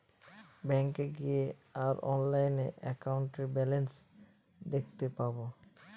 ব্যাঙ্কে গিয়ে আর অনলাইনে একাউন্টের ব্যালান্স দেখতে পাবো